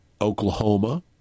Oklahoma